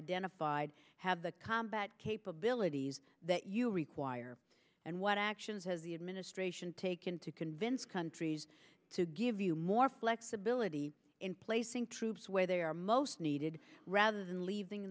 identified have the combat capabilities that you require and what actions has the administration taken to convince countries to give you more flexibility in placing troops where they are most needed rather than leaving